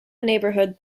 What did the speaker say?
neighbourhood